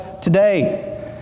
today